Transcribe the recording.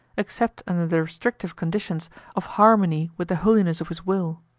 except under the restrictive conditions of harmony with the holiness of his will.